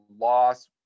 loss